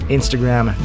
Instagram